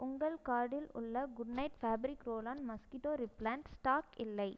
உங்கள் கார்டில் உள்ள Good Knight fabric roll on mosquito repellent stock இல்லை